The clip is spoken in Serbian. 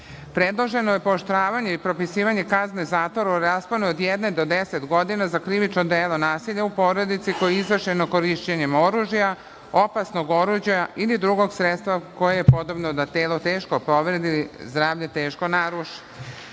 propisana. Predloženo je pooštravanje i propisivanje kazne zatvora od jedne do deset godina za krivično delo nasilja u porodici koje je izvršeno korišćenjem oružja, opasnog oruđa ili drugog sredstva koje je podobno da telo teško povredi i da zdravlje teško naruši. Sada